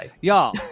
Y'all